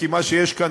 כי מה שיש כאן,